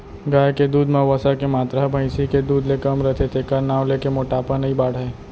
गाय के दूद म वसा के मातरा ह भईंसी के दूद ले कम रथे तेकर नांव लेके मोटापा नइ बाढ़य